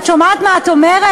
את שומעת מה את אומרת?